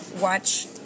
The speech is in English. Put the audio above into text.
watch